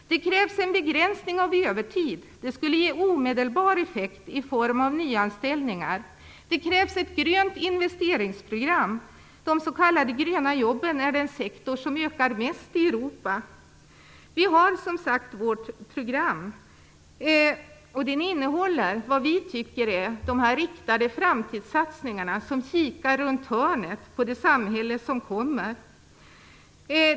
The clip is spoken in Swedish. Det krävs en begränsning av övertid - det skulle ge omedelbar effekt i form av nyanställningar. Det krävs ett grönt investeringsprogram. De s.k. gröna jobben är den sektor som ökar mest i Europa. Vi har som sagt vårt program, och det innehåller vad vi tycker är riktade framtidssatsningar som kikar runt hörnet på det samhälle som kommer.